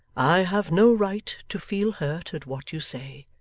i have no right to feel hurt at what you say.